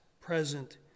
present